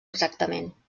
exactament